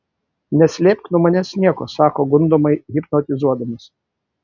neslėpk nuo manęs nieko sako gundomai hipnotizuodamas